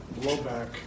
blowback